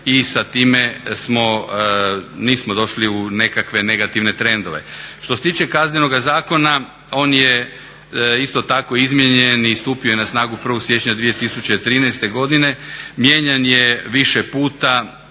I sa time nismo došli u nekakve negativne trendove. Što se tiče Kaznenoga zakona on je isto tako izmijenjen i stupio je na snagu 1. siječnja 2013. godine. Mijenjan je više puta,